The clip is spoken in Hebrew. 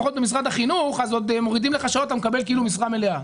לפחות במשרד החינוך עוד מורידים לך שעות ואתה מקבל כאילו משרה מלאה.